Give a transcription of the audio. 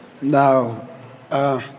Now